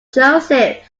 joseph